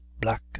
black